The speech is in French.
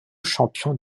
champions